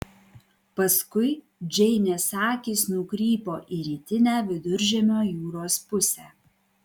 paskui džeinės akys nukrypo į rytinę viduržemio jūros pusę